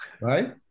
Right